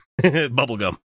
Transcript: Bubblegum